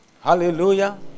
Hallelujah